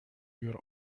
your